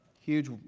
Huge